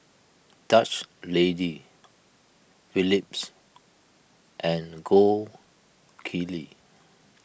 Dutch Lady Phillips and Gold Kili